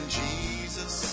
jesus